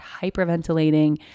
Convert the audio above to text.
hyperventilating